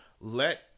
let